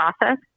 process